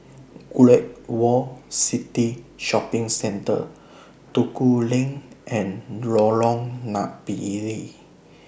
Great World City Shopping Centre Duku Lane and Lorong Napiri